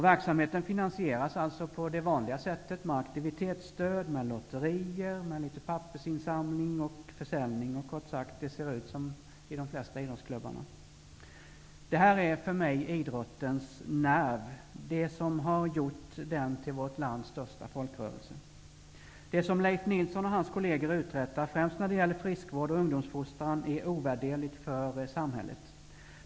Verksamheten finansieras med aktivitetsstöd, lotterier, pappersinsamling, försäljning -- det ser kort sagt ut som i de flesta idrottsklubbar. Det här är för mig idrottens nerv. Det är detta som har gjort den till vårt lands största folkrörelse. Det som Leif Nilsson och hans kolleger uträttar, främst när det gäller friskvård och ungdomsfostran, är ovärderligt för samhället.